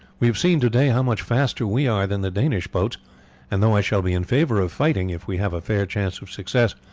we have seen to-day how much faster we are than the danish boats and though i shall be in favour of fighting if we have a fair chance of success,